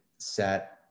set